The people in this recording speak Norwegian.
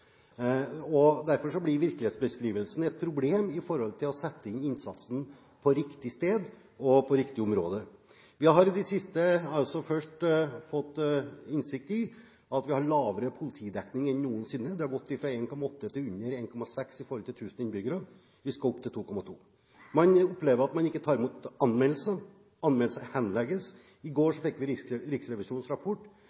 blir virkelighetsbeskrivelsen et problem når det gjelder å sette inn innsatsen på riktig sted og på riktig område. Vi har i det siste fått innsikt i at vi har lavere politidekning enn noensinne. Den har gått fra 1,8 til under 1,6 per 1 000 innbyggere. Vi skal opp til 2,2. Man opplever at man ikke tar imot anmeldelser, og at anmeldelser henlegges. I går